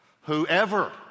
whoever